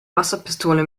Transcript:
wasserpistole